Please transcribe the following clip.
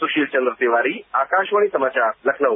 सुशील चंद्र तियारी आकाशवाणी समाचार लखनऊ